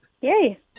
Yay